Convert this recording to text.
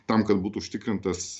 tam kad būtų užtikrintas